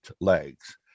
legs